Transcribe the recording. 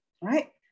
right